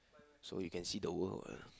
so you can see the world